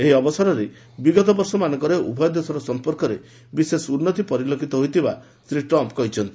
ଏହି ଅବସରରେ ବିଗତବର୍ଷମାନଙ୍କରେ ଉଭୟ ଦେଶର ସଂପର୍କରେ ବିଶେଷ ଉନ୍ନତି ପରିଲକ୍ଷିତ ହୋଇଥିବା ଶ୍ରୀ ଟ୍ରମ୍ପ କହିଛନ୍ତି